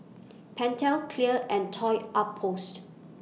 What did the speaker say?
Pentel Clear and Toy Outpost